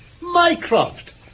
Mycroft